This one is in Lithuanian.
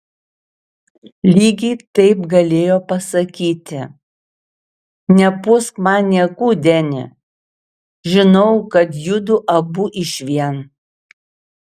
lygiai taip galėjo pasakyti nepūsk man niekų deni žinau kad judu abu išvien